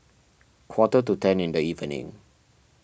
quarter to ten in the evening